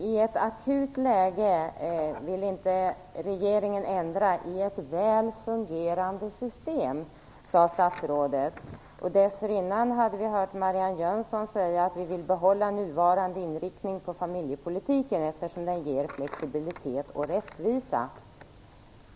I ett akut läge vill regeringen inte ändra i ett väl fungerande system, sade statsrådet. Dessförinnan hade vi hört Marianne Jönsson säga att man vill behålla nuvarande inriktning på familjepolitiken, eftersom den ger flexibilitet och rättvisa.